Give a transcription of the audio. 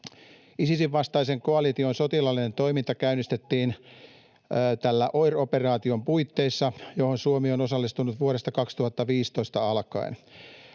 Isisin vastaisen koalition sotilaallinen toiminta käynnistettiin tämän OIR-operaation puitteissa, johon Suomi on osallistunut vuodesta 2015 alkaen.